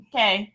Okay